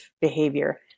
behavior